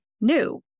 new